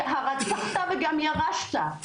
הרצחת וגם ירשת?